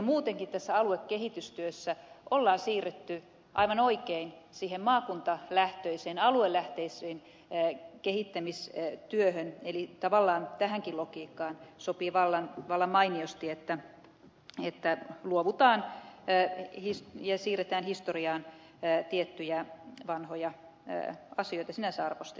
muutenkin tässä aluekehitystyössä on siirrytty aivan oikein siihen maakuntalähtöiseen aluelähtöiseen kehittämistyöhön eli tavallaan tähänkin logiikkaan sopii vallan mainiosti että luovutaan tietyistä vanhoista sinänsä arvostettavista asioista ja siirretään ne historiaan